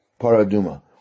Paraduma